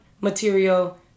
material